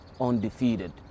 undefeated